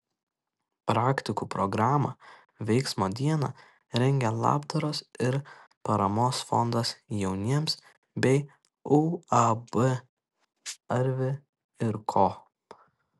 praktikų programą veiksmo diena rengia labdaros ir paramos fondas jauniems bei uab arvi ir ko